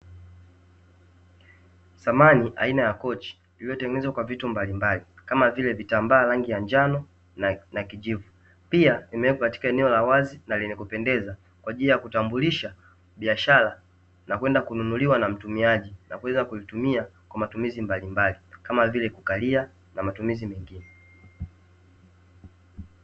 Samani aina ya kochi lililotengenezwa kwa vitu mbalimbali, kama vile; vitambaa rangi ya njano na kijivu .Pia imewekwa eneo la wazi na lenye kupendeza kwa ajili ya kutambulisha biashara na kwenda kununuliwa na mtumiaji, na kuweza kilitumia kwa matumizi mbalimbali, kama vile; kukalia na matumizi mengine.